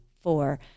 four